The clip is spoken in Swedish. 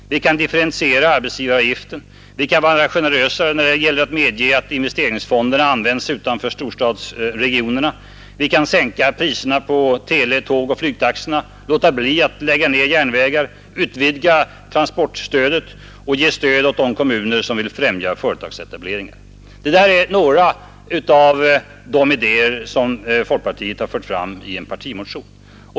Vi kan differentiera arbetsgivaravgiften. Vi kan vara generösare när det gäller att medge att investeringsfonderna används utanför storstadsregionerna. Vi kan sänka priserna på tele-, tågoch flygförbindelserna och låta bli att lägga ner järnvägar. Vi kan utvidga transportstödet och ge stöd åt kommuner som vill främja företagsetableringar. Det här är några av de idéer som folkpartiet har fört fram i en partimotion.